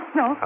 no